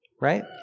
right